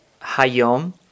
Hayom